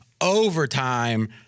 overtime